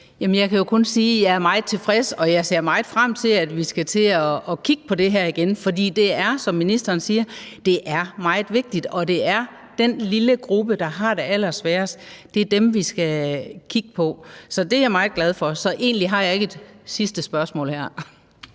(DF): Jamen jeg kan jo kun sige, at jeg er meget tilfreds. Og jeg ser meget frem til, at vi skal til at kigge på det her igen, for det er, som ministeren siger, meget vigtigt. Og det er den lille gruppe, der har det allersværest, som vi skal kigge på. Det er jeg meget glad for, så egentlig har jeg ikke et sidste spørgsmål her.